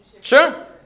Sure